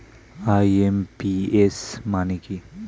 IMPS মানে কি?